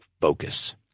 focus